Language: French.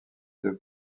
deux